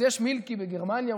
אז יש מילקי בברלין בגרמניה,